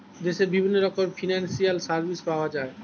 দেশে বিভিন্ন রকমের ফিনান্সিয়াল সার্ভিস পাওয়া যায়